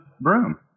broom